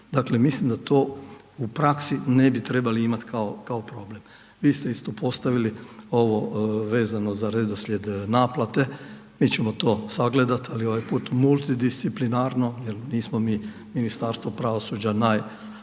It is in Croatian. mislim da to u praksi ne bi trebali imati kao problem. Vi ste isto postavili ovo vezano za redoslijed naplate, mi ćemo to sagledati ali ovaj put multidisciplinarno jer nismo mi Ministarstvo pravosuđa najpogodniji